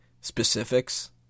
specifics